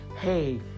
hey